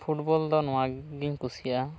football ᱫᱚ ᱱᱚᱶᱟ ᱜᱮᱧ ᱠᱩᱥᱤᱭᱟᱜᱼᱟ